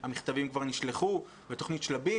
שהמכתבים כבר נשלחו ותכנית "שלבים",